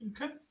okay